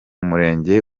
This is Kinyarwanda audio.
murenge